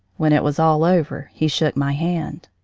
when it was all over, he shook my hand.